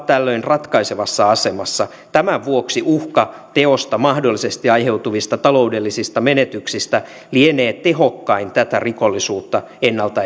tällöin ratkaisevassa asemassa tämän vuoksi uhka teosta mahdollisesti aiheutuvista taloudellisista menetyksistä lienee tehokkain tätä rikollisuutta ennalta